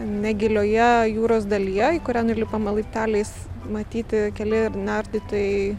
negilioje jūros dalyje į kurią nulipama laipteliais matyti keli ir nardytojai